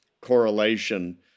correlation